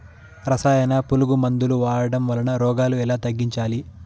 రసాయన పులుగు మందులు వాడడం వలన రోగాలు ఎలా తగ్గించాలి?